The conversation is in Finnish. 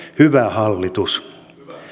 hyvä hallitus